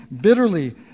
bitterly